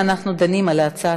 נאה דורש,